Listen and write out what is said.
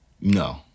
No